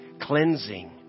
cleansing